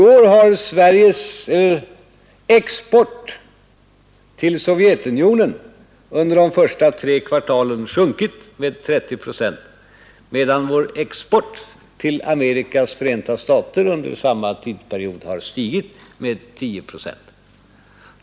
I år har Sveriges export till Sovjetunionen under de första tre kvartalen sjunkit med 30 procent, medan vår export till Amerikas förenta stater under samma tidsperiod har stigit med 10 procent.